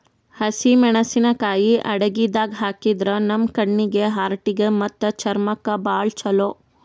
ಹಸಿಮೆಣಸಿಕಾಯಿ ಅಡಗಿದಾಗ್ ಹಾಕಿದ್ರ ನಮ್ ಕಣ್ಣೀಗಿ, ಹಾರ್ಟಿಗಿ ಮತ್ತ್ ಚರ್ಮಕ್ಕ್ ಭಾಳ್ ಛಲೋ